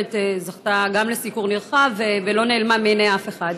שבאמת זכתה גם לסיקור נרחב ולא נעלמה מעיני אף אחד.